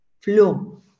Flu